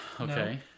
Okay